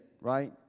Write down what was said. right